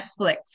Netflix